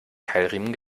keilriemen